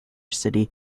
city